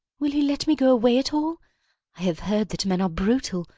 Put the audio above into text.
will he let me go away at all? i have heard that men are brutal,